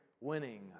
Winning